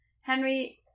Henry